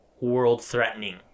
world-threatening